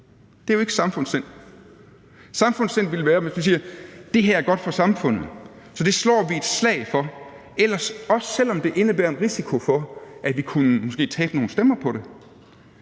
Det er jo ikke samfundssind. Samfundssind ville være, at man sagde: Det her er godt for samfundet, så det slår vi et slag for, også selv om det indebærer en risiko for, at vi måske kunne tabe nogle stemmer på det.